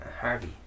Harvey